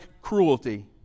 cruelty